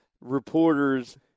reporters